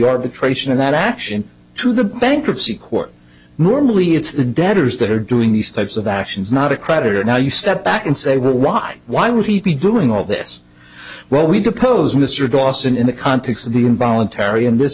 arbitration of that action to the bankruptcy court normally it's the debtors that are doing these types of actions not a creditor now you step back and say well why why would he be doing all this well we depose mr dawson in the context of the involuntary and this